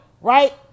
right